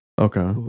Okay